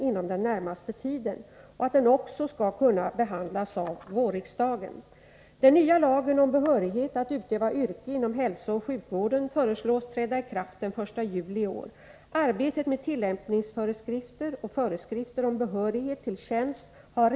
Kommer proposition att avlämnas i sådan tid att de studerande vid högskolans hälsooch sjukvårdslinje som avslutar utbildningen i juni i år samtidigt erhåller genom utbildningen åsyftad behörighet till tjänst? 2.